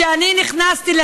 כשאני נכנסתי,